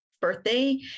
birthday